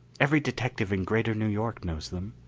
every detective in greater new york knows them.